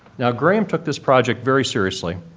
now, graham took this project very seriously,